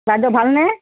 বাইদেউ ভালনে